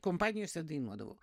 kompanijose dainuodavau